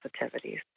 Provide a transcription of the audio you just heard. sensitivities